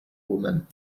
woman